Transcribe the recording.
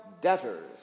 debtors